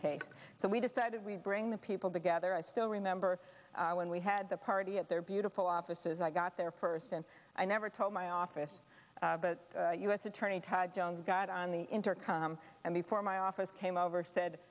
case so we decided we'd bring the people together i still remember when we had the party at their beautiful offices i got there first and i never told my office but u s attorney todd jones got on the intercom and before my office came over said